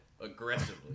aggressively